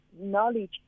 knowledge